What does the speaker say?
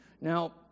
Now